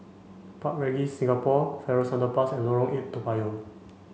Park Regis Singapore Farrer Underpass and Lorong eight Toa Payoh